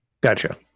Gotcha